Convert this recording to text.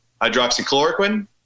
Hydroxychloroquine